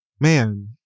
man